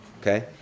Okay